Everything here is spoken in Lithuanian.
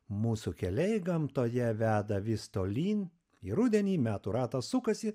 mūsų keliai gamtoje veda vis tolyn į rudenį metų ratas sukasi